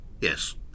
Yes